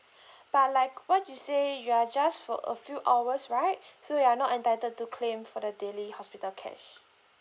but like what you say you are just for a few hours right so you are not entitled to claim for the daily hospital cash